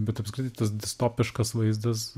bet apskritai tas distopiškas vaizdas